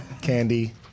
candy